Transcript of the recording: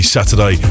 Saturday